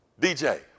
DJ